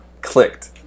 clicked